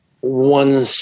one